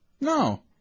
No